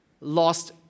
lost